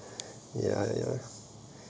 ya ya